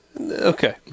Okay